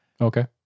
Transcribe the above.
Okay